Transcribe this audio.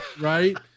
Right